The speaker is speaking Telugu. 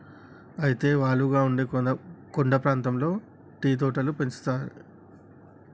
అయితే వాలుగా ఉండే కొండ ప్రాంతాల్లో టీ తోటలు పెంచుతారు